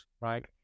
right